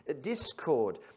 Discord